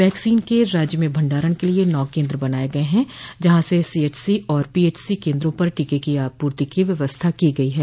vaccine के राज्य में भण्डारण के लिए नौ केन्द्र बनाये गये हैं जहां से सीएचसी और पीएचसी केन्द्रों पर टीके की आपूर्ति की व्यवस्था को गई है